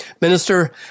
Minister